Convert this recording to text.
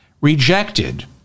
rejected